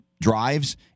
drives